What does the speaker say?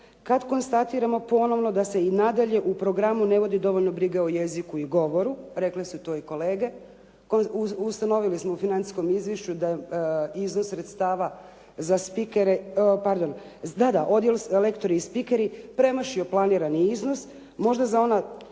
kad konstatiramo ponovo da se i nadalje u programu ne vodi dovoljno brige o jeziku i govoru, rekli su to i kolege. Ustanovili smo u financijskom izvješću da iznos sredstava za spikere, pardon zna da odjel lektori i spikeri premašio planirani iznos od